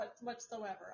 whatsoever